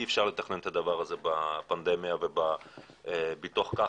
אי אפשר לתכנן את הדבר הזה בפנדמיה ומתוך כך